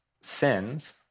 sins